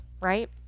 right